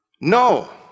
no